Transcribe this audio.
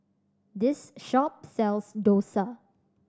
this shop sells dosa